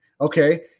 Okay